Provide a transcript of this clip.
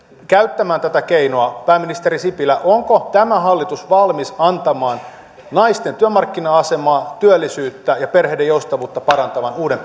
käyttämään tätä keinoa pääministeri sipilä onko tämä hallitus valmis antamaan naisten työmarkkina asemaa työllisyyttä ja perheiden joustavuutta parantavan uuden